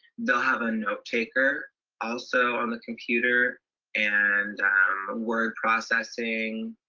they'll have a note taker also on the computer and word processing.